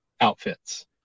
outfits